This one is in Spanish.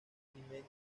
alimento